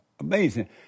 Amazing